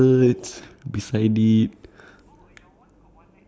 okay uh there's a girl uh carrying a float